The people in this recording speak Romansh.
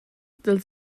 dals